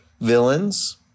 villains